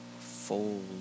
fold